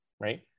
right